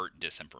disinformation